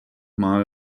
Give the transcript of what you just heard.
einmal